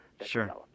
Sure